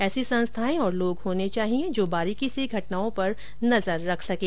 ऐसी संस्थाएं और लोग होने चाहिए जो बारीकी से घटनाओं पर नजर रख सकें